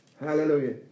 Hallelujah